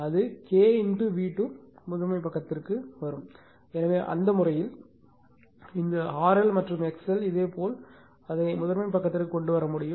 அது K V2 முதன்மை பக்கத்திற்கு வரும் எனவே அந்த முறையில் மற்றும் இந்த R L மற்றும் X L இதேபோல் அதை முதன்மை பக்கத்திற்கு கொண்டு வர முடியும்